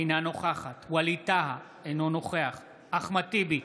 אינה נוכחת ווליד טאהא, אינו נוכח אחמד טיבי,